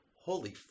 holy